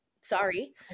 Sorry